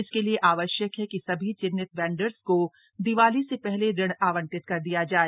इसके लिए आवश्यक है कि सभी चिन्हित वेंडर्स को दीवाली से पहले ऋण आवंटित कर दिया जाए